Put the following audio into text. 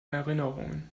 erinnerungen